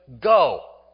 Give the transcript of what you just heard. go